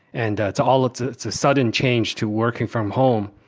and it's all it's it's a sudden change to working from home.